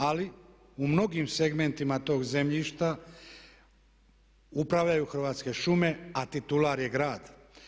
Ali u mnogim segmentima tog zemljišta upravljaju Hrvatske šume, a titular je grad.